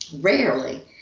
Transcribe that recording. rarely